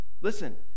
listen